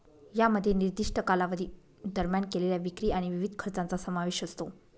यामध्ये निर्दिष्ट कालावधी दरम्यान केलेल्या विक्री आणि विविध खर्चांचा समावेश असतो